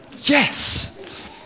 Yes